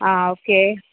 okay